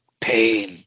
Pain